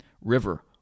River